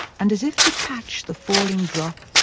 and as if to catch the falling drop,